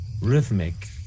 rhythmic